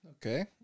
Okay